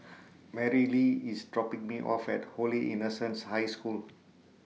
Merrilee IS dropping Me off At Holy Innocents' High School